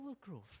growth